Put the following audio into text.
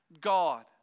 God